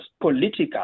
political